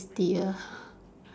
tastier